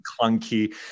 clunky